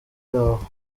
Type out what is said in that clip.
aho